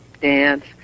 dance